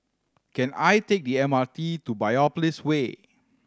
can I take the M R T to Biopolis Way